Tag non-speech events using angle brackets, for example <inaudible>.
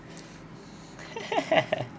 <laughs>